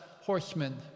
Horsemen